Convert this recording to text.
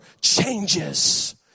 changes